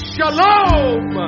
Shalom